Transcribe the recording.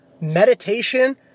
meditation